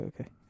okay